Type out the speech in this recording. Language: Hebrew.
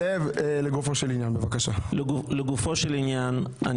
זאב, לגופו של עניין, בבקשה.